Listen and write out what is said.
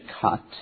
cut